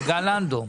זה גל לנדו.